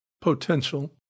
potential